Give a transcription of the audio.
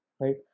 right